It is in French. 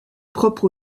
propre